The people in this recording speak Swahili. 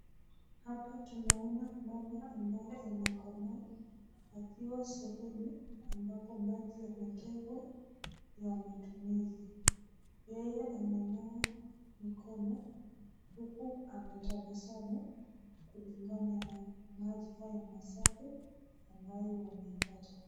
Hapa tunaona mama ambaye amekomaa akiwa sehemu ambapo maji yametekwa ya matumizi. Yeye ana nawa mikono huku ametabasamu. Kulingana na maji hayo masafi ambaye wameipata.